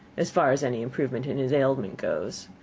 as far as any improvement in his ailment goes.